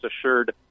assured